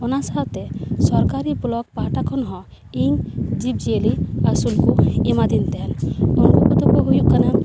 ᱚᱱᱟ ᱥᱟᱶᱛᱮ ᱥᱚᱨᱠᱟᱨᱤ ᱵᱚᱞᱚᱠ ᱯᱟᱦᱟᱴᱟ ᱠᱷᱚᱱ ᱦᱚᱸ ᱤᱧ ᱡᱤᱵᱽ ᱡᱤᱭᱟᱹᱞᱤ ᱟᱹᱥᱩᱞ ᱠᱚ ᱮᱢᱟ ᱫᱤᱧ ᱛᱟᱦᱮᱱ ᱩᱱᱠᱩ ᱠᱚᱫᱚ ᱠᱚ ᱦᱩᱭᱩᱜ ᱠᱟᱱᱟ